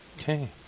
Okay